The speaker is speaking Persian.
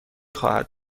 خواهد